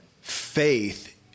faith